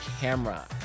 camera